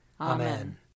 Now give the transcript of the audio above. Amen